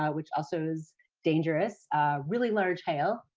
ah which also is dangerous. a really large hail,